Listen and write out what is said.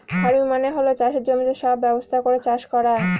farming মানে হল চাষের জমিতে সব ব্যবস্থা করে চাষ করা